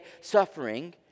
suffering